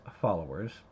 followers